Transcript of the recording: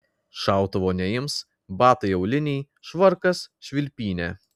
šautuvo neims batai auliniai švarkas švilpynė